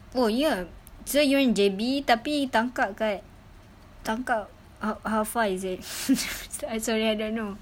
oh ye so you went J_B tapi tangkak kat tangkak how how far is it so~ sorry I don't know